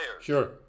Sure